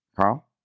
Carl